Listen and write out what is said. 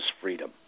freedom